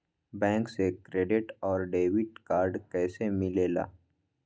Bank से credit और debit card कैसी मिलेला?